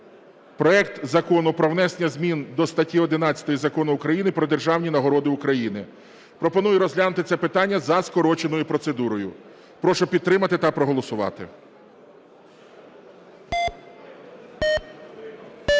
проект Закону про внесення зміни до статті 11 Закону України "Про державні нагороди України". Пропоную розглянути це питання за скороченою процедурою. Прошу підтримати та проголосувати.